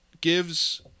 gives